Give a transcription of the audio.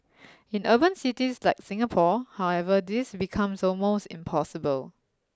in urban cities like Singapore however this becomes almost impossible